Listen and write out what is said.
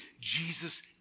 Jesus